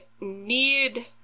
need